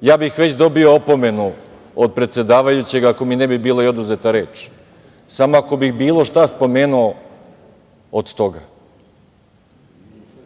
Ja bih već dobio opomenu od predsedavajućeg ako mi ne bi bila i oduzeta i reč samo ako bih bilo šta spomenuo od toga.